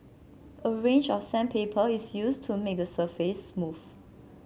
a range of sandpaper is used to make the surface smooth